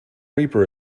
reaper